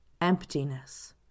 emptiness